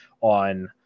on